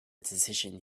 decision